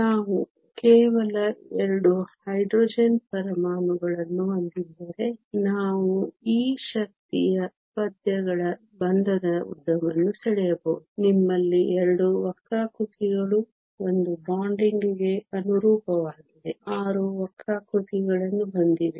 ನಾವು ಕೇವಲ 2 ಹೈಡ್ರೋಜನ್ ಪರಮಾಣುಗಳನ್ನು ಹೊಂದಿದ್ದರೆ ನಾವು ಈ ಶಕ್ತಿಯ ಪದ್ಯಗಳ ಬಂಧದ ಉದ್ದವನ್ನು ಸೆಳೆಯಬಹುದು ನಿಮ್ಮಲ್ಲಿ 2 ವಕ್ರಾಕೃತಿಗಳು 1 ಬಾಂಡಿಂಗ್ಗೆ ಅನುರೂಪವಾಗಿದೆ 6 ವಕ್ರಾಕೃತಿಗಳನ್ನು ಹೊಂದಿವೆ